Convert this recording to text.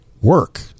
work